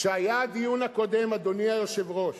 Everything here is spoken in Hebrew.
כשהיה הדיון הקודם, אדוני היושב-ראש,